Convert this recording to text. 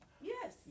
Yes